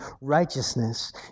righteousness